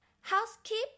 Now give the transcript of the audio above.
Housekeeper